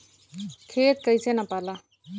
खेत कैसे नपाला?